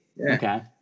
Okay